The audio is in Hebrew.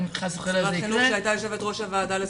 אם חס וחלילה זה יקרה --- שרת חינוך שהייתה יושבת-ראש הוועדה.